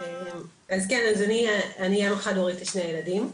אז כן, אז אני אם חד-הורית לשני ילדים,